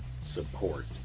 Support